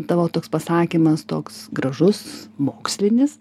tavo toks pasakymas toks gražus mokslinis